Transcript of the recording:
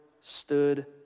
stood